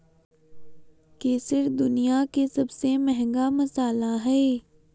केसर दुनिया के सबसे महंगा मसाला हइ